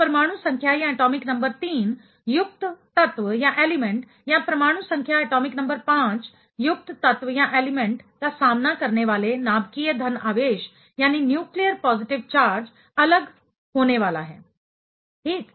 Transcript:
तो परमाणु संख्या एटॉमिक नंबर 3 युक्त तत्व या परमाणु संख्या एटॉमिक नंबर 5 युक्त तत्व का सामना करने वाले नाभिकीय धन आवेश न्यूक्लियर पॉजिटिव चार्ज अलग होने वाला है ठीक